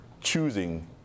choosing